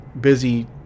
busy